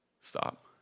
Stop